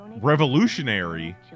Revolutionary